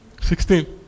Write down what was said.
sixteen